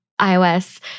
iOS